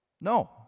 No